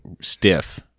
stiff